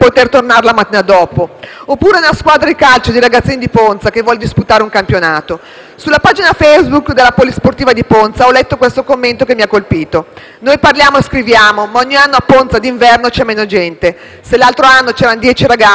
oppure a una squadra di calcio di ragazzini di Ponza che voglia disputare un campionato. Sulla pagina Facebook della Polisportiva di Ponza ho letto un commento di tale tenore, che mi ha colpito: «Noi parliamo e scriviamo, ma ogni anno a Ponza d'inverno c'è meno gente. Se l'altro anno c'erano dieci ragazzi, oggi ce ne sono